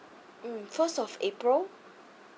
mm first of april